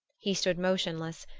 he stood motionless,